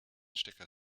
stecker